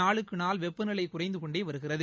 நாளுக்குநாள் வெப்பநிலைகுறைந்துகொண்டேவருகிறது